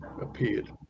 appeared